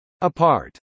apart